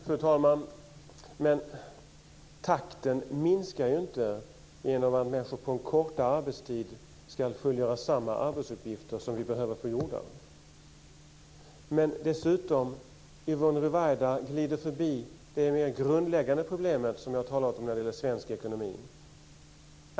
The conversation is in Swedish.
Fru talman! Men takten minskar ju inte genom att man får en kortare arbetstid, om man behöver få samma arbetsuppgifter gjorda. Dessutom glider Yvonne Ruwaida förbi det mer grundläggande problem med svensk ekonomi som jag talade om.